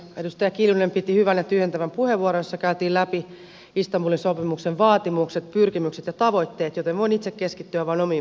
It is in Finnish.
edustaja kiljunen piti hyvän ja tyhjentävän puheenvuoron jossa käytiin läpi istanbulin sopimuksen vaatimukset pyrkimykset ja tavoitteet joten voin itse keskittyä vain omiin mielipiteisiini